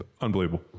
unbelievable